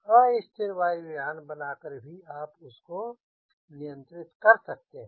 अस्थिर वायुयान बनाकर भी आप उस को नियंत्रित कर सकते हैं